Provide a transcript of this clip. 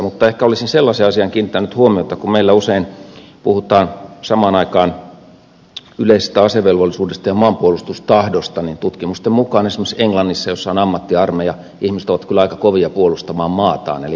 mutta ehkä olisin sellaiseen asiaan kiinnittänyt huomiota että kun meillä usein puhutaan samaan aikaan yleisestä asevelvollisuudesta ja maanpuolustustahdosta niin tutkimusten mukaan esimerkiksi englannissa jossa on ammattiarmeija ihmiset ovat kyllä aika kovia puolustamaan maataan eli maanpuolustustahto on erittäin korkea